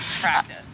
practice